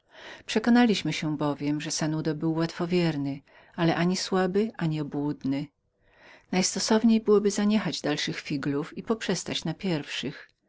przekonaliśmy się bowiem że sanudo był łatwowiernym ale nigdy słabym lub świętokradzkim najstosowniej było zaniechać dalszych figlów i poprzestać na pierwszych